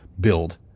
build